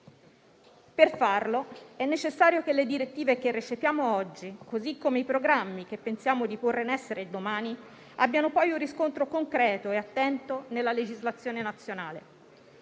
Per farlo è necessario che le direttive che recepiamo oggi, così come i programmi che pensiamo di porre in essere domani, abbiano poi un riscontro concreto e attento nella legislazione nazionale.